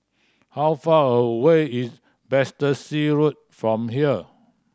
how far away is Battersea Road from here